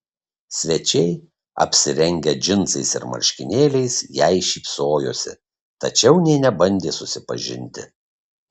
svečiai apsirengę džinsais ir marškinėliais jai šypsojosi tačiau nė nebandė susipažinti